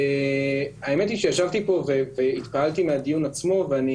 האמת היא שישבתי פה והתפעלתי מהדיון עצמו ואני